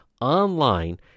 online